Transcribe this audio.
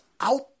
out